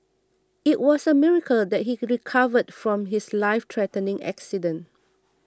it was a miracle that he recovered from his lifethreatening accident